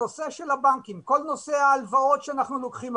הנושא של הבנקים, כל נושא ההלוואות שאנחנו לוקחים.